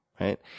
right